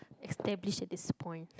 establish at this point